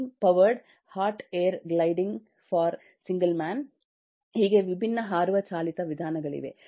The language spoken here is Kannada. steam powered hot air gliding for single man ಹೀಗೆ ವಿಭಿನ್ನ ಹಾರುವ ಚಾಲಿತ ವಿಧಾನಗಳಿವೆ